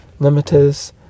limiters